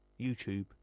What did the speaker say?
YouTube